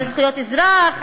על זכויות אזרח,